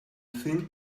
think